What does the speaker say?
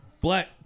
black